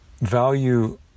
value